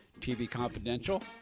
tvconfidential